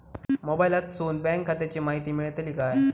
मोबाईलातसून बँक खात्याची माहिती मेळतली काय?